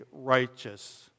righteous